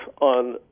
on